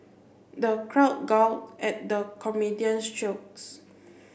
the crowd guffawed at the comedian's jokes